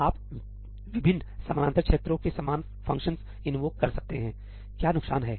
आप विभिन्न समानांतर क्षेत्रों से समान फंक्शनस इन्वोक कर सकते हैं क्या नुकसान है